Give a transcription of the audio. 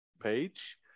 page